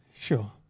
sure